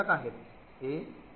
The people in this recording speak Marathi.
a b आणि a